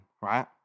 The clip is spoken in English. right